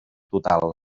total